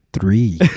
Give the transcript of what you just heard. three